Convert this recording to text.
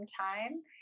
time